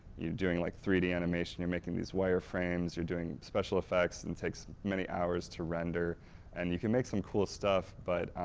you're doing like three d animation, you're making these wire frames, you're doing special effects that and takes many hours to render and you can make some cool stuff but,